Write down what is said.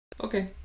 Okay